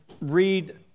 read